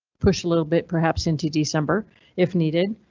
push a little bit, perhaps into december if needed.